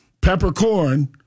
peppercorn